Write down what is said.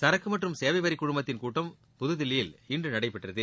சரக்கு மற்றும் சேவைவரி குழுமத்தின் கூட்டம் புதுதில்லியல் இன்று நடைபெற்றது